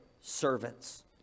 servants